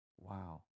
Wow